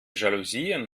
jalousien